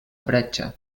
bretxa